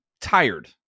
tired